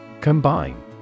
Combine